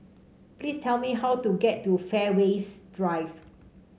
please tell me how to get to Fairways Drive